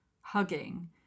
hugging